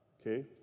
Okay